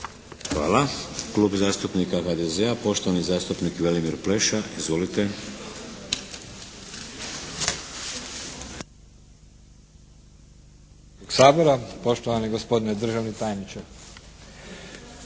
Hvala. Klub zastupnika HDZ-a poštovani zastupnik Velimir Pleša. Izvolite.